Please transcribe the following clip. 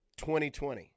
2020